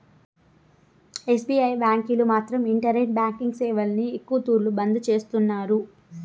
SBI బ్యాంకీలు మాత్రం internet banking సేవల్ని ఎక్కవ తూర్లు బంద్ చేస్తున్నారు